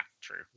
true